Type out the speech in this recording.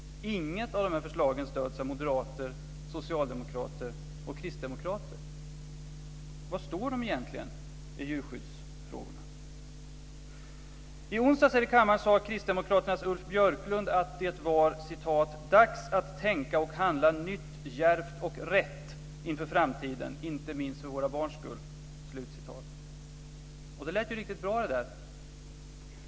Inget av förslagen stöds av moderater, socialdemokrater och kristdemokrater. Var står de egentligen i djurskyddsfrågorna? I onsdags sade kristdemokraternas Ulf Björklund här i kammaren att det var "dags att tänka och handla nytt, djärvt och rätt, inför framtiden inte minst för våra barns skull". Det lät ju riktigt bra.